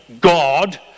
God